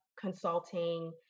consulting